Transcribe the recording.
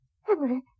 Henry